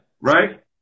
Right